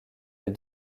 les